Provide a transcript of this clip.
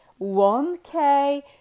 1k